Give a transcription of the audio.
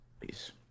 Peace